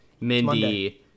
Mindy